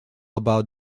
about